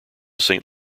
saint